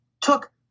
took